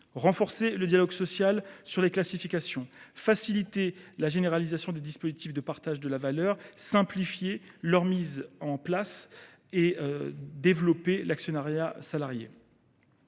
renforcer le dialogue social sur les classifications, faciliter la généralisation des dispositifs de partage de la valeur, simplifier leur mise en place et développer l’actionnariat salarié.